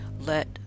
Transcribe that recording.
let